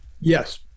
Yes